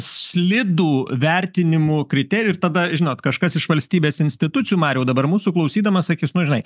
slidų vertinimų kriterijų ir tada žinot kažkas iš valstybės institucijų mariau dabar mūsų klausydamas sakys nu žinai